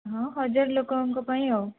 ହଁ ହଜାରେ ଲୋକଙ୍କ ପାଇଁ ଆଉ